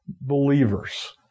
believers